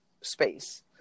space